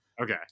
okay